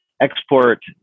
export